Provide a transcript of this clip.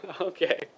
Okay